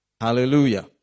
Hallelujah